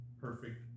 perfect